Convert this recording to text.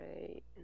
right